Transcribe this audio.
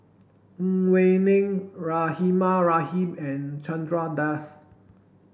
Ang Wei Neng Rahimah Rahim and Chandra Das